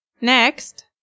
Next